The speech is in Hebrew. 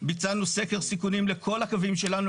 ביצענו סקר סיכונים לכל הקווים שלנו,